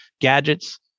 gadgets